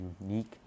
unique